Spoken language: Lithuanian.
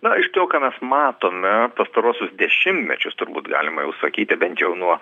na iš to ką mes matome pastaruosius dešimtmečius turbūt galima jau sakyti bent jau nuo